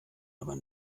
aber